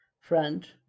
friend